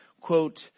quote